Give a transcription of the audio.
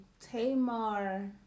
Tamar